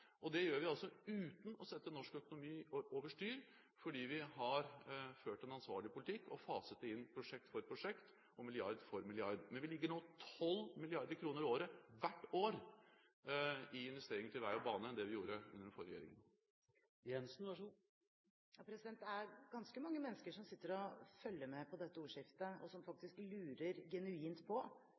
Det gjør vi uten å sette norsk økonomi over styr, fordi vi har ført en ansvarlig politikk og faset det inn – prosjekt for prosjekt og milliard for milliard. Vi ligger nå på 12 mrd. kr mer i året, hvert år, i investeringer til vei og bane enn det vi gjorde under den forrige regjeringen. Det er ganske mange mennesker som sitter og følger med på dette ordskiftet, og som faktisk lurer genuint på disse sammenhengene. Statsministeren kan godt velge å latterliggjøre disse spørsmål som tusenvis av nordmenn faktisk lurer på,